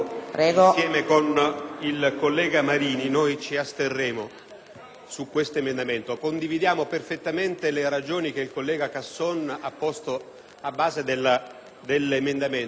su questo emendamento. Condividiamo perfettamente le ragioni che il collega Casson ha posto a base del suo emendamento, ma vogliamo sottolineare con la nostra astensione l'assoluta necessità